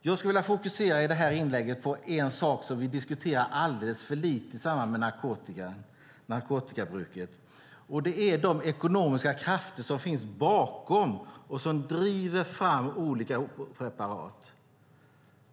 Jag skulle i detta inlägg vilja fokusera på en sak vi diskuterar alldeles för lite i samband med narkotikabruket, och det är de ekonomiska krafter som finns bakom och som driver fram olika preparat.